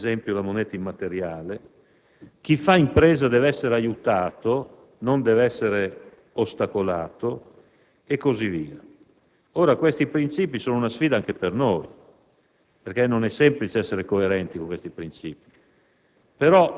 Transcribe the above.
come, ad esempio, la moneta immateriale. Chi fa impresa deve essere aiutato, non ostacolato, e così via. Ora, questi princìpi sono una sfida anche per noi, perché non è semplice essere coerenti con essi, però,